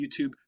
YouTube